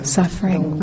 suffering